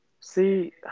See